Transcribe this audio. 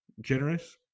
generous